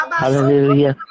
hallelujah